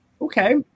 okay